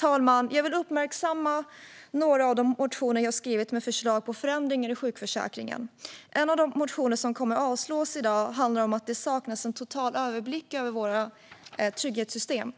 talman! Jag vill uppmärksamma några av de motioner jag skrivit med förslag på förändringar i sjukförsäkringen. En av de motioner som kommer att avslås i dag handlar om att det saknas en total överblick över våra trygghetssystem.